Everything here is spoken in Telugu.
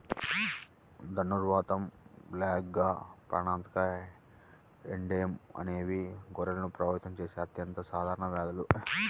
ధనుర్వాతం, బ్లాక్లెగ్, ప్రాణాంతక ఎడెమా అనేవి గొర్రెలను ప్రభావితం చేసే అత్యంత సాధారణ వ్యాధులు